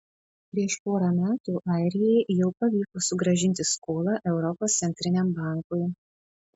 prieš porą metų airijai jau pavyko sugrąžinti skolą europos centriniam bankui